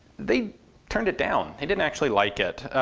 they turned it down, they didn't actually like it.